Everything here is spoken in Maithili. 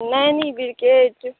नैनी बिकेट